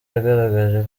yagaragaje